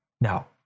Now